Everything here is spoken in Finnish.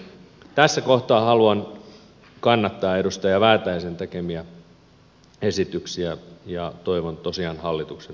tässä kohtaa haluan kannattaa edustaja juha väätäisen tekemiä esityksiä ja toivon tosiaan hallituksen tutustuvan niihin